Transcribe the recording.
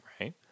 Right